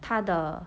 她的